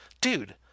dude